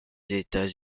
états